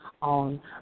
on